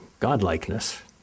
godlikeness